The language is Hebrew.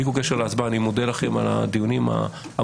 בלי קשר להצבעה, אני מודע לכם על הדיונים העמוקים.